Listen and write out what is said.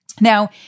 Now